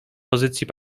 pozycji